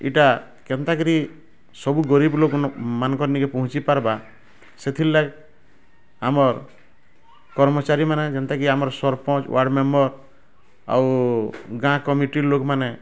ଇଟା କେନ୍ତା କିରି ସବୁ ଗରିବ ଲୋକ ନୁ ମାନଙ୍କର୍ ନିଖେ ପହଞ୍ଚି ପାର୍ବା ସେଥିର୍ ଲାଗି ଆମର୍ କର୍ମଚାରୀ ମାନେ ଯେନ୍ତା କି ଆମର୍ ସରପଞ୍ଚ ୱାର୍ଡ଼ ମେମ୍ବର୍ ଆଉ ଗାଁ କମିଟି ଲୋକ ମାନେ